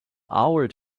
hour